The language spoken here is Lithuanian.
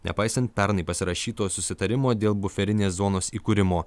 nepaisant pernai pasirašyto susitarimo dėl buferinės zonos įkūrimo